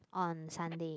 on Sunday